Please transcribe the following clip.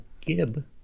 Gib